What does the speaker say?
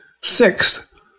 Sixth